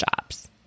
jobs